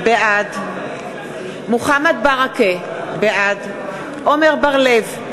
בעד מוחמד ברכה, בעד עמר בר-לב,